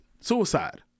suicide